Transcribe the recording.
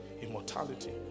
immortality